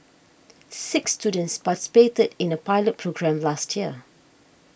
six students participated in a pilot programme last year